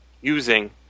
using